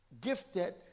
gifted